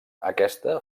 aquesta